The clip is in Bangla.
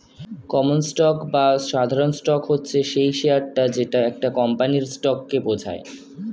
কমন স্টক বা সাধারণ স্টক হচ্ছে সেই শেয়ারটা যেটা একটা কোম্পানির স্টককে বোঝায়